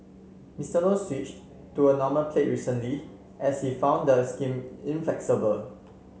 Mister Low switched to a normal plate recently as he found the scheme inflexible